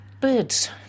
Birds